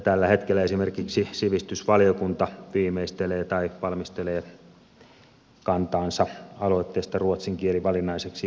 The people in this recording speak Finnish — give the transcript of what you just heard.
tällä hetkellä esimerkiksi sivistysvaliokunta viimeistelee tai valmistelee kantaansa aloitteesta ruotsin kieli valinnaiseksi oppiaineeksi